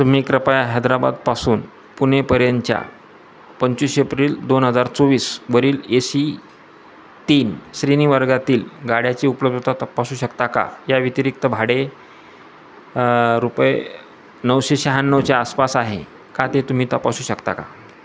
तुम्ही कृपया हैद्राबादपासून पुणेपर्यंतच्या पंचवीस एप्रिल दोन हजार चोवीसवरील ए सी तीन श्रेणी वर्गातील गाड्याची उपलब्धता तपासू शकता का या व्यतिरिक्त भाडे रुपये नऊशे शहाण्णवच्या आसपास आहे का ते तुम्ही तपासू शकता का